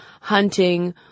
hunting